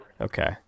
Okay